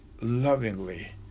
lovingly